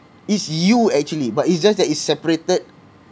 it's you actually but it's just that it's separated